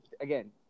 again